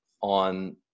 on